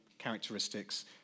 characteristics